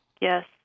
Yes